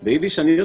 אני אשמח.